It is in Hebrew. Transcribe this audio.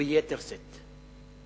וביתר שאת.